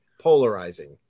polarizing